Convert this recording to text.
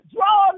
Draw